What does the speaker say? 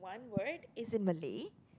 the word is in Malay